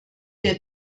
der